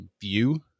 view